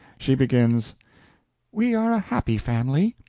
she begins we are a happy family!